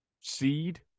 seed